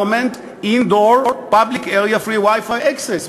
Government indoor public area free WiFi access.